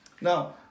Now